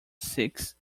six